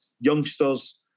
youngsters